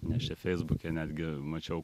nes čia feisbuke netgi mačiau